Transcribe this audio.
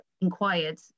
inquired